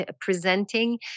presenting